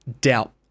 doubt